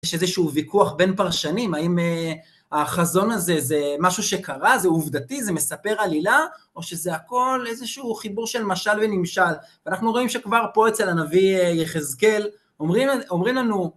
יש איזשהו ויכוח בין פרשנים, האם החזון הזה, זה משהו שקרה, זה עובדתי, זה מספר עלילה, או שזה הכל איזשהו חיבור של משל ונמשל. ואנחנו רואים שכבר פה אצל הנביא יחזקאל, אומרים לנו...